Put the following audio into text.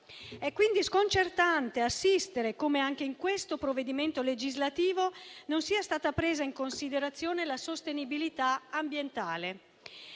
È quindi sconcertante assistere come, anche in questo provvedimento legislativo, non sia stata presa in considerazione la sostenibilità ambientale.